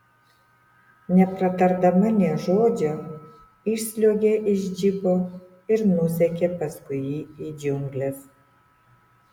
nepratardama nė žodžio išsliuogė iš džipo ir nusekė paskui jį į džiungles